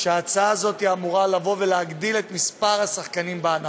וההצעה הזאת אמורה להגדיל את מספר השחקנים בענף.